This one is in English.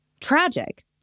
Tragic